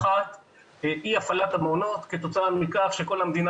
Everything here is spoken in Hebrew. אי הפעלת המעונות כתוצאה מכך שכול המדינה